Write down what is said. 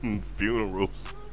funerals